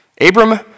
Abram